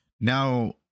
Now